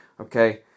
okay